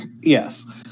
yes